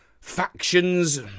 factions